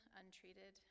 untreated